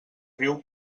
riu